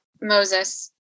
Moses